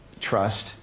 trust